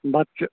بَتہٕ چھِ